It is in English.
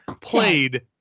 played